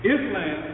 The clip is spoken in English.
Islam